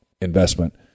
investment